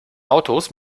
autos